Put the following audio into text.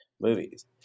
movies